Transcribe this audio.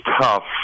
tough